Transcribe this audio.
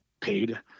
paid